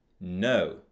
no